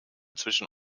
zwischen